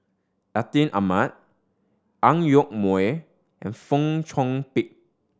Atin Amat Ang Yoke Mooi and Fong Chong Pik